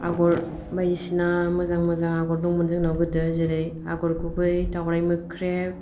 आगर बायदिसिना मोजां मोजां आगर दंमोन जोंनाव गोदो जेरै आगर गुबै दावराइ मोख्रेब